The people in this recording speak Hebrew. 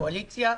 קואליציה,